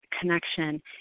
connection